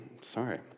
Sorry